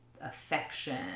affection